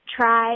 try